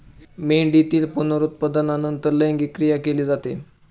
मेंढीतील पुनरुत्पादनानंतर लैंगिक क्रिया केली जाते